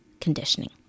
conditioning